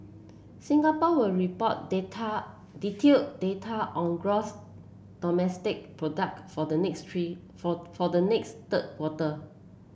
Singapore will report data detailed data on gross domestic product for the next tree for for the next third quarter